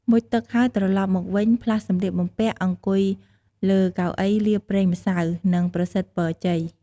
មុជទឹកហើយត្រឡប់មកវិញ ផ្លាស់សំលៀកបំពាក អង្គុយលើកៅអីលាបប្រេងម្សៅ និងប្រសិទ្ធពរជ័យ ។